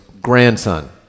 grandson